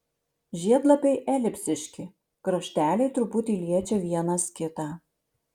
žiedlapiai elipsiški krašteliai truputį liečia vienas kitą